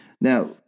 Now